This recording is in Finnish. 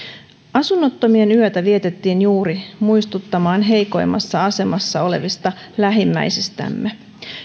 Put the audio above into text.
asunnottomien yötä vietettiin juuri muistuttamaan heikoimmassa asemassa olevista lähimmäisistämme